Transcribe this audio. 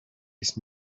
his